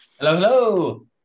Hello